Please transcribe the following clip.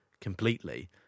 completely